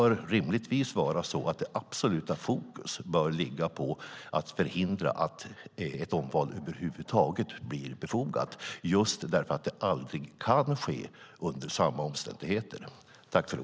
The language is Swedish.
Rimligtvis bör det absoluta fokuset ligga på att förhindra att ett omval över huvud taget blir befogat, just därför att det aldrig kan ske under samma omständigheter.